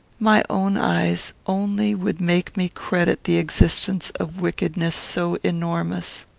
my own eyes only would make me credit the existence of wickedness so enormous.